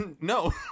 no